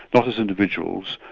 not as individuals,